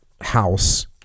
house